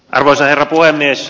arvoisa herra puhemies